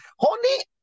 Honey